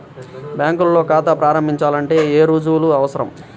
బ్యాంకులో ఖాతా ప్రారంభించాలంటే ఏ రుజువులు అవసరం?